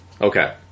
Okay